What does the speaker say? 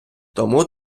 тому